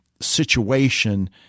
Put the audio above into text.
situation